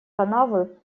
канавы